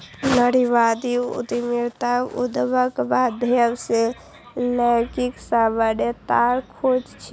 नारीवादी उद्यमिता उद्यमक माध्यम सं लैंगिक समानताक खोज छियै